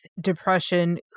depression